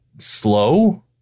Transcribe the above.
slow